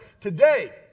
today